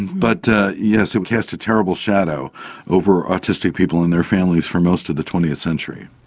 but yes, it cast a terrible shadow over autistic people and their families for most of the twentieth century.